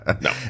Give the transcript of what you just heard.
No